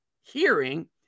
hearing